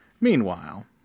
Meanwhile